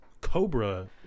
cobra